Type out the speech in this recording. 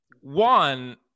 one